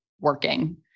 working